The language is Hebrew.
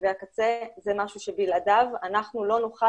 מחשבי הקצה זה משהו שבלעדיו אנחנו לא נוכל